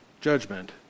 judgment